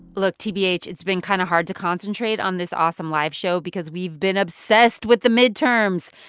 look. tbh, it's been kind of hard to concentrate on this awesome live show because we've been obsessed with the midterms.